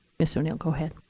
miss o'neil, go ahead.